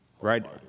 Right